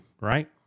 right